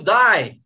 die